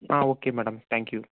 ah okay madam thank you